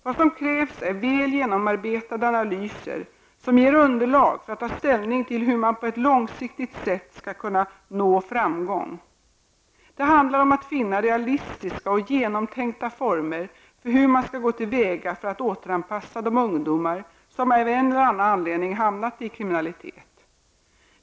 Vad som krävs är väl genomarbetade analyser som ger underlag för att ta ställning till hur man på ett långsiktigt sätt skall kunna nå framgång. Det handlar om att finna realistiska och genomtänkta former för hur man skall gå till väga för att återanpassa de ungdomar som av en eller annan anledning hamnat i kriminalitet.